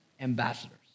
ambassadors